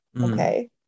okay